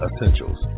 Essentials